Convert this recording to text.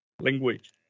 language